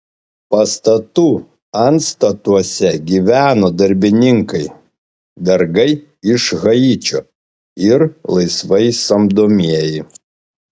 pastatų antstatuose gyveno darbininkai vergai iš haičio ir laisvai samdomieji